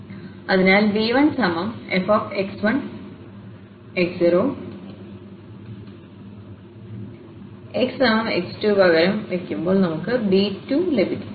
അതിനാൽ b1fx1x0 xx2 പകരം വയ്ക്കുമ്പോൾ നമുക്കു b2ലഭിക്കും